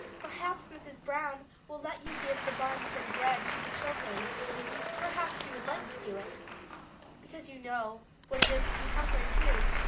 perhaps mrs. brown will let you give the buns and bread to the children perhaps you would like to do it because you know what it is to be hungry, too.